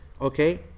Okay